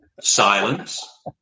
Silence